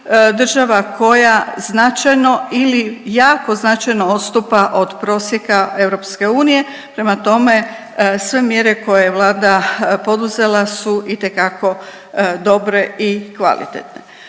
država koja značajno ili jako značajno odstupa od prosjeka EU, prema tome, sve mjere koje je Vlada poduzela su itekako dobre i kvalitetne.